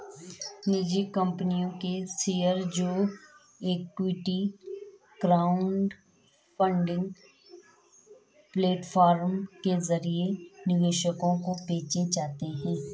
निजी कंपनियों के शेयर जो इक्विटी क्राउडफंडिंग प्लेटफॉर्म के जरिए निवेशकों को बेचे जाते हैं